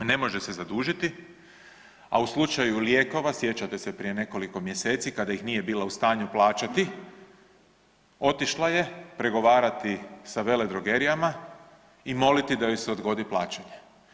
Ne može se zadužiti, a u slučaju lijekova, sjećate se prije nekoliko mjeseci kada ih nije bila u stanju plaćati, otišla je pregovarati sa veledrogerijama i moliti da joj se odgodi plaćanje.